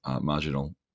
marginal